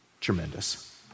tremendous